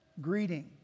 greeting